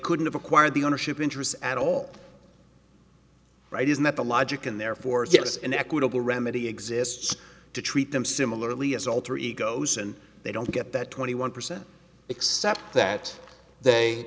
couldn't have acquired the ownership interest at all right isn't that the logic and therefore give us an equitable remedy exists to treat them similarly as alter egos and they don't get that twenty one percent except that